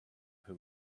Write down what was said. who